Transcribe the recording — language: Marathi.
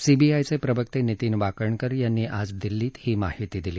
सीबीआयचे प्रवक्ते नितीन वाकणकर यांनी आज दिल्लीत ही माहिती दिली